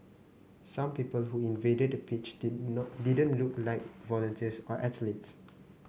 some people who invaded the pitch did not didn't look like volunteers or athletes